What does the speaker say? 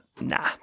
Nah